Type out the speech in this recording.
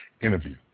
interview